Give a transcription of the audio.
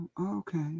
Okay